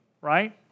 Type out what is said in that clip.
right